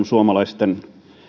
suomalaisten